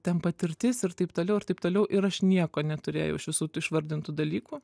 ten patirtis ir taip toliau ir taip toliau ir aš nieko neturėjau iš visų tų išvardintų dalykų